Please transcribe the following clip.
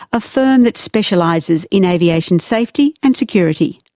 a firm that specialises in aviation safety and security.